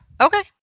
Okay